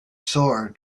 sword